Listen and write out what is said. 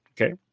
Okay